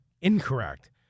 incorrect